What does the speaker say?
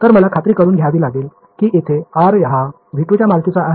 तर मला खात्री करुन घ्यावी लागेल की येथे r हा v2 च्या मालकीचा आहे